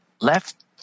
left